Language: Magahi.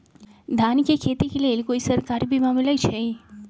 धान के खेती के लेल कोइ सरकारी बीमा मलैछई?